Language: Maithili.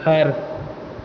घर